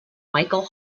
michael